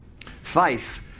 Faith